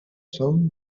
són